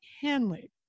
Hanley